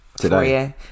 Today